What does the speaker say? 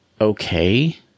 okay